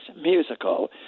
musical